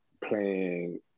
playing